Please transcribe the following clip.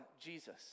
Jesus